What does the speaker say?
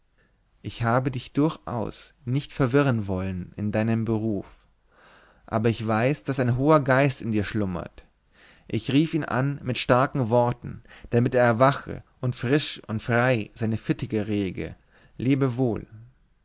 ich habe dich durchaus nicht verwirren wollen in deinem beruf aber ich weiß daß ein hoher geist in dir schlummert ich rief ihn an mit starken worten damit er erwache und frisch und frei seine fittige rege lebe wohl